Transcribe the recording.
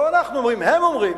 לא אנחנו אומרים, הם אומרים.